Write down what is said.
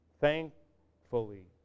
thankfully